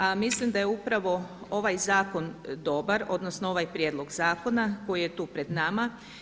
A mislim da je upravo ovaj zakon dobar, odnosno ovaj prijedlog zakona koji je tu pred nama.